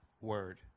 word